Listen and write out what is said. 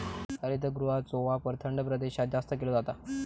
हरितगृहाचो वापर थंड प्रदेशात जास्त केलो जाता